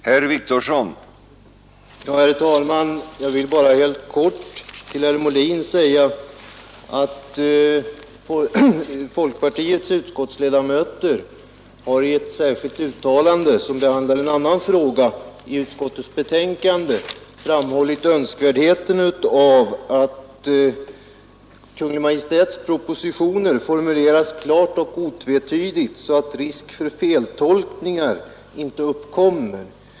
Herr talman! Jag vill bara helt kort till herr Molin säga att folkpartiets utskottsledamöter har i ett särskilt uttalande som behandlar en annan fråga i utskottets betänkande framhållit önskvärdheten av att Kungl. Maj:ts propositioner formuleras klart och otvetydigt så att risk för feltolkningar inte uppkommer.